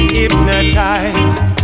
hypnotized